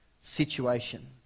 situation